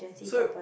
so